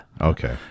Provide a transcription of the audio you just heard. Okay